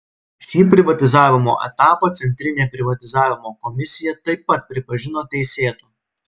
šį privatizavimo etapą centrinė privatizavimo komisija taip pat pripažino teisėtu